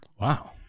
Wow